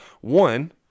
One